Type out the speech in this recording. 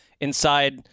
inside